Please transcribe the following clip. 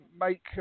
make